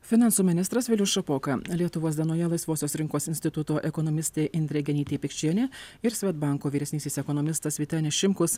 finansų ministras vilius šapoka lietuvos dienoje laisvosios rinkos instituto ekonomistė indrė genytė pikčienė ir svedbanko vyresnysis ekonomistas vytenis šimkus